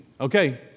okay